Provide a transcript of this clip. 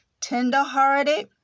tender-hearted